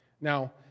Now